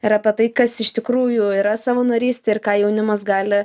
ir apie tai kas iš tikrųjų yra savanorystė ir ką jaunimas gali